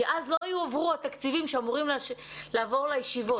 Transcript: כי אז לא יועברו התקציבים שאמורים לעבור לישיבות.